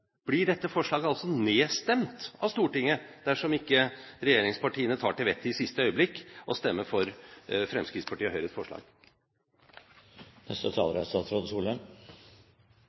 blir dette forslaget altså nedstemt av Stortinget dersom ikke regjeringspartiene tar til vettet i siste øyeblikk og stemmer for Fremskrittspartiet og Høyres forslag. Jeg tror ikke det er